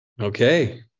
Okay